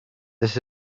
this